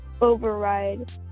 override